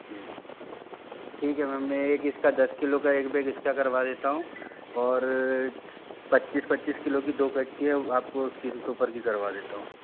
जी ठीक है मैम मैं एक इसका दस किलो का एक बैग इसका करवा देता हूँ और पच्चीस पच्चीस किलो की दो कट्टी है आपको उसकी सुपर की करवा देता हूँ